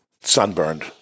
sunburned